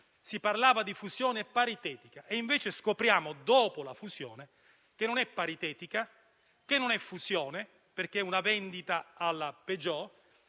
Si parlava di fusione paritetica e invece scopriamo, dopo la fusione, che non è fusione, perché è una vendita alla Peugeot,